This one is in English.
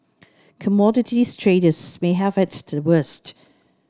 commodities traders may have it the worst